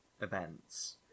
events